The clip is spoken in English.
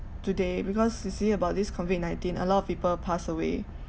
today because you see about this COVID nineteen a lot of people pass away